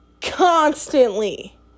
constantly